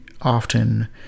often